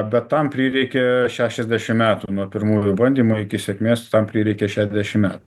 bet tam prireikė šešiasdešimt metų nuo pirmųjų bandymų iki sėkmės tam prireikė šešiasdešimt metų